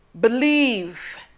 Believe